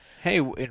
Hey